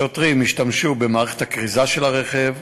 השוטרים השתמשו במערכת הכריזה של הרכב,